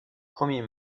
premier